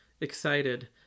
excited